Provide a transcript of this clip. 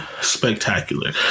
Spectacular